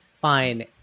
fine